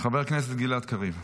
חבר הכנסת גלעד קריב.